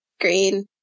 Green